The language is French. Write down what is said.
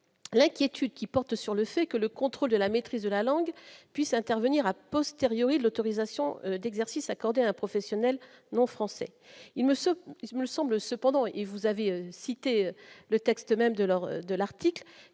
l'inquiétude qui porte sur le fait que le contrôle de la maîtrise de la langue puisse intervenir à posteriori l'autorisation d'exercice accorder un professionnel non français, il me ce qui me semble, cependant, et vous avez cité le texte même de or de l'article